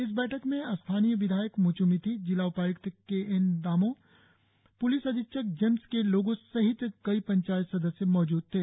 इस बैठक में स्थानीय विधायक म्च् मिथि जिला उपाय्क्त के एन दामो प्लिस अधीक्षक जेम्स के लेगो सहित कई पंचायत सदस्य मौजूद थे